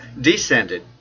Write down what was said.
descended